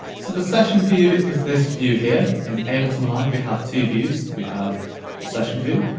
so, the session view, is this view here, in ableton live, we have two views. we have the session view,